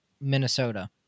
Minnesota